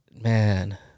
man